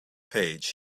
page